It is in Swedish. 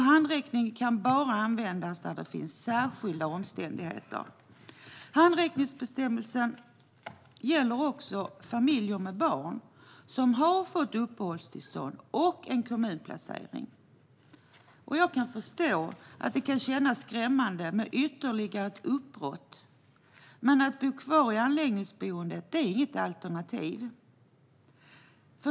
Handräckningen kan bara användas när det finns särskilda omständigheter. Handräckningsbestämmelsen gäller också familjer med barn som har fått uppehållstillstånd och en kommunplacering. Jag kan förstå att det kan kännas skrämmande med ytterligare ett uppbrott, men att bo kvar på anläggningsboendet är inget alternativ.